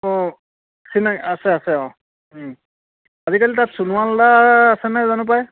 অঁ চিনাকী আছে আছে অঁ আজিকালি তাত সোনোৱাল দা আছে নে নাই জানো পাই